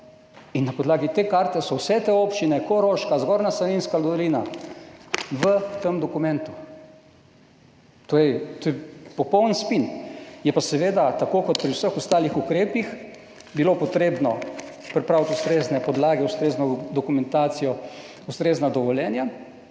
in na podlagi te karte so vse te občine na Koroškem in v Zgornji Savinjski dolini v tem dokumentu. To je popoln spin. Je pa bilo seveda treba, tako kot pri vseh ostalih ukrepih, pripraviti ustrezne podlage, ustrezno dokumentacijo, ustrezna dovoljenja